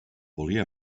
volia